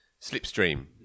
slipstream